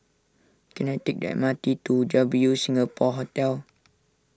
can I take the M R T to W Singapore Hotel